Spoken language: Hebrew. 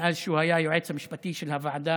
מאז שהוא היה היועץ המשפטי של הוועדה